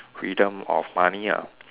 freedom of money ah